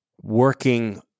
working